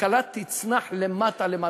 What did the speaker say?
הכלכלה תצנח למטה למטה.